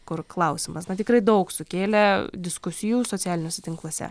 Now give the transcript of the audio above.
kur klausimas na tikrai daug sukėlė diskusijų socialiniuose tinkluose